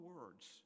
words